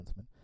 defenseman